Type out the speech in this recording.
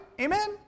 Amen